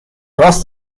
راس